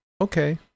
okay